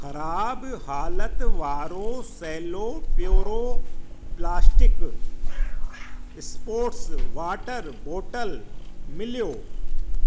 ख़राबु हालति वारो सेलो प्यूरो प्लास्टिक स्पोर्ट्स वाटर बोटल मिलियो